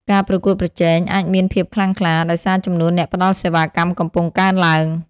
ការប្រកួតប្រជែង អាចមានភាពខ្លាំងក្លា ដោយសារចំនួនអ្នកផ្តល់សេវាកម្មកំពុងកើនឡើង។